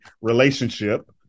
relationship